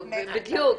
בדיוק.